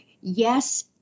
yes